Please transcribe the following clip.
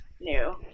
new